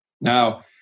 Now